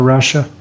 Russia